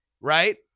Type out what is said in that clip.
right